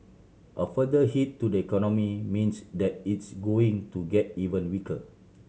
a further hit to the economy means that it's going to get even weaker